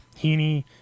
Heaney